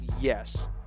Yes